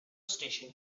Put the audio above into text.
station